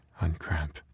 uncramp